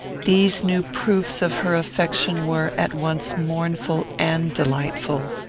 these new proofs of her affection were, at once, mournful and delightful.